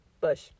Bush